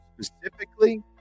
specifically